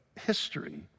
history